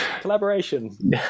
Collaboration